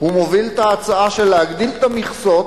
הוא מוביל את ההצעה להגדיל את המכסות.